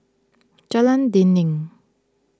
Jalan Dinding